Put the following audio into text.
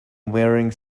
wearing